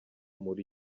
muri